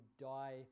die